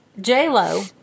J-Lo